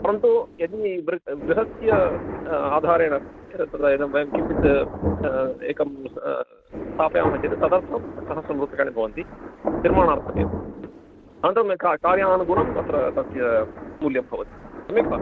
परन्तु यदिृ गृहस्य आधारेण यत्र वयं किञ्चित् एकं स्थापयामः चेत् तदर्थं सहस्रं रूप्यकाणि भवन्ति निर्माणार्थमेव अनन्तरं क कार्यानुगुणम् अत्र तस्य मूल्यं भवति सम्यक् वा